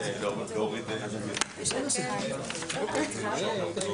הדיון הסתיים, תודה רבה לכולם.